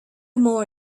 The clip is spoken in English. more